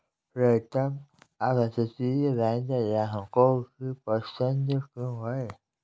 प्रीतम अपतटीय बैंक ग्राहकों की पसंद क्यों है?